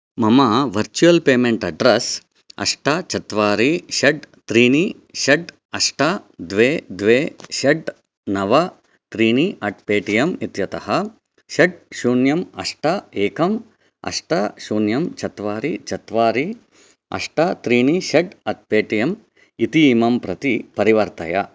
मम virtual payment address अष्ट चत्वारि षट् त्रीणि षट् अष्ट द्वे द्वे षट् नव त्रीणि अट् पे टि एम् इत्यतः षट् शून्यं अष्ट एकम् अष्ट शून्यं चत्वारि चत्वारि अष्ट त्रीणि षट् अट् पे टि एम् इतीमं प्रति परिवर्तय